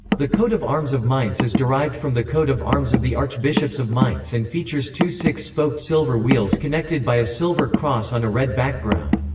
the coat of arms of mainz is derived from the coat of arms of the archbishops of mainz and features two six-spoked silver wheels connected by a silver cross on a red background.